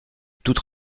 toute